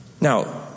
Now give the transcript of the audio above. Now